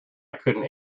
couldn’t